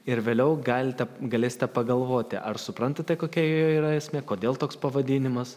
ir vėliau galite galėsite pagalvoti ar suprantate kokia jo yra esmė kodėl toks pavadinimas